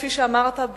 כפי שאמרת,